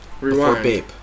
Rewind